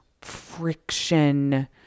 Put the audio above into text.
friction